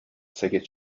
ساکت